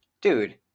Dude